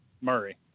Murray